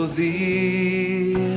thee